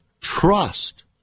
trust